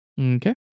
Okay